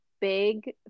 big